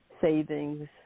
savings